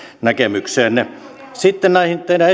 näkemykseenne sitten näihin teidän